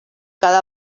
cada